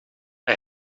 hij